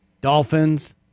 Dolphins